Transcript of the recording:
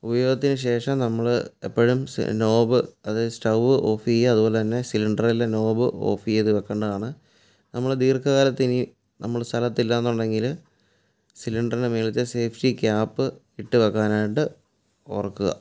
ഉപയോഗത്തിന് ശേഷം നമ്മൾ എപ്പോഴും സ് നോബ് അതായത് സ്റ്റവ് ഓഫ് ചെയ്യുക അതുപോലെ തന്നെ സിലിണ്ടറിലെ നോബ് ഓഫ് ചെയ്ത് വെയ്ക്കേണ്ടതാണ് നമ്മൾ ദീർഘ കാലത്തിനി നമ്മൾ സ്ഥലത്തു ഇല്ലാന്നുണ്ടെങ്കിൽ സിലിണ്ടറിൻ്റെ മുകളിലത്തെ സേഫ്റ്റി ക്യാപ്പ് ഇട്ട് വെയ്ക്കാനായിട്ട് ഓർക്കുക